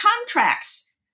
contracts